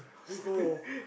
snow